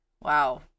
Wow